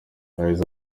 yagize